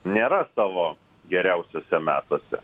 nėra savo geriausiuose metuose